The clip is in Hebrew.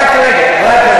רק תסקיר, רק רגע, רק רגע.